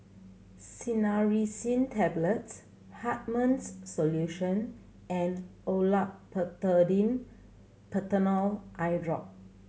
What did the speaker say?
Cinnarizine Tablets Hartman's Solution and Olopatadine Patanol Eyedrop